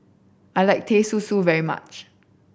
I like Teh Susu very much